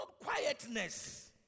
quietness